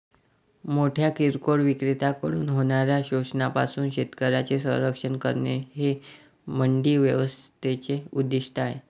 मोठ्या किरकोळ विक्रेत्यांकडून होणाऱ्या शोषणापासून शेतकऱ्यांचे संरक्षण करणे हे मंडी व्यवस्थेचे उद्दिष्ट आहे